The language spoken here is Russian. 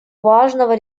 важного